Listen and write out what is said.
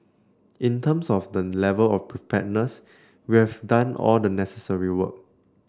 in terms of the level of preparedness we have done all the necessary work